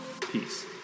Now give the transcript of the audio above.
Peace